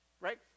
Right